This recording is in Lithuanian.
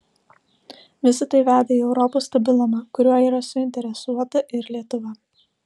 visa tai veda į europos stabilumą kuriuo yra suinteresuota ir lietuva